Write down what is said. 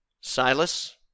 Silas